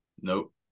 Nope